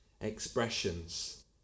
expressions